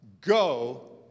go